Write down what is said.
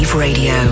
Radio